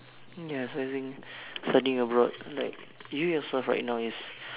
ya so I think studying abroad like you yourself right now is